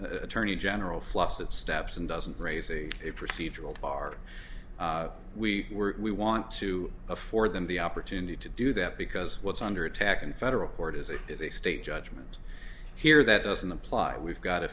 attorney general flops that steps and doesn't raise a procedural bar we were we want to afford them the opportunity to do that because what's under attack in federal court is a is a state judgment here that doesn't apply we've got a